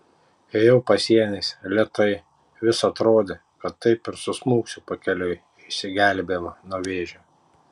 ėjau pasieniais lėtai vis atrodė kad taip ir susmuksiu pakeliui į išsigelbėjimą nuo vėžio